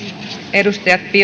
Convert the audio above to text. edustajat